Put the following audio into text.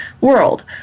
world